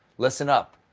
listen up.